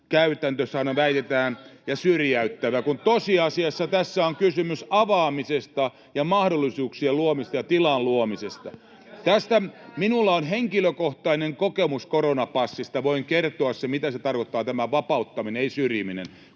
Epäasiallista puhetta!] ja syrjäyttävä, kun tosiasiassa tässä on kysymys avaamisesta ja mahdollisuuksien luomisesta ja tilan luomisesta. [Jussi Halla-aho: Kyllä on käytöstavat!] Minulla on henkilökohtainen kokemus koronapassista, ja voin kertoa sen, mitä tarkoittaa tämä vapauttaminen, ei syrjiminen.